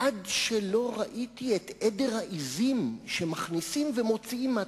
עד שראיתי את עדר העזים שמכניסים ומוציאים מהתקציב.